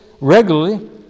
regularly